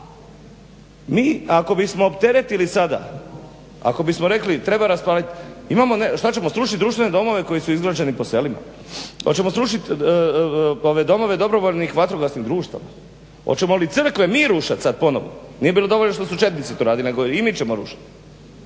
Mi ako bismo opteretili sada, ako bismo rekli treba …/Govornik se ne razumije./... imamo, šta ćemo srušit društvene domove koji su izgrađeni po selima? Hoćemo srušit domove dobrovoljnih vatrogasnih društava? Hoćemo li crkve mi rušit sad ponovo, nije bilo dovoljno što su četnici to radili nego i mi ćemo rušiti.